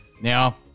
Now